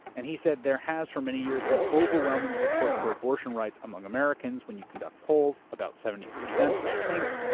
and he said, there has for many years been overwhelming support for abortion rights among americans. when you conduct polls, about seventy percent, i think,